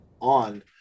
on